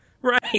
Right